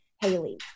Haley